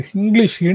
English